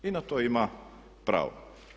I na to ima pravo.